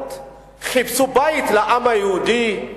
הציונות חיפשו בית לעם היהודי,